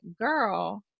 girl